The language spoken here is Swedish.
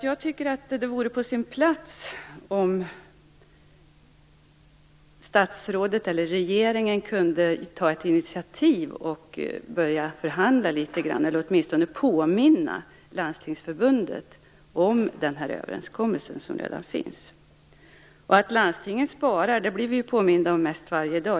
Jag tycker att det vore på sin plats om statsrådet eller regeringen tog ett initiativ och började förhandla litet grand, eller åtminstone påminde Landstinget om den överenskommelse som redan finns. Att landstingen sparar blir vi påminda om mest varje dag.